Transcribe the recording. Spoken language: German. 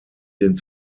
den